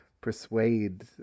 persuade